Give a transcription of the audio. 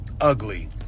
Ugly